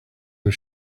was